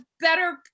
better